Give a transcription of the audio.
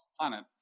planet